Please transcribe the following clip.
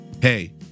hey